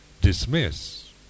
dismiss